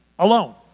alone